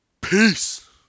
Peace